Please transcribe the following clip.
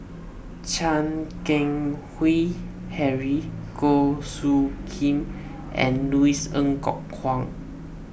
Chan Keng Howe Harry Goh Soo Khim and Louis Ng Kok Kwang